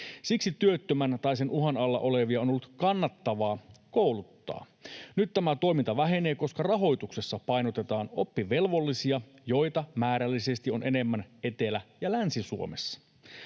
Siksi työttömänä tai sen uhan alla olevia on ollut kannattavaa kouluttaa. Nyt tämä toiminta vähenee, koska rahoituksessa painotetaan oppivelvollisia, joita määrällisesti on enemmän Etelä‑ ja Länsi-Suomessa.